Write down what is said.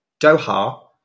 Doha